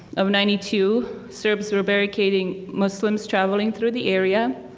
of ninety two serbs were barricading muslims traveling through the area.